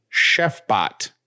ChefBot